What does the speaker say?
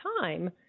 time